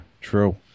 True